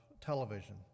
television